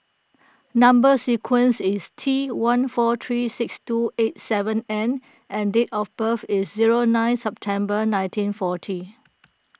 Number Sequence is T one four three six two eight seven N and date of birth is zero nine September nineteen forty